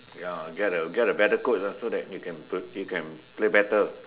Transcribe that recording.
ya get a get a better Coach ah so that you can play you can play better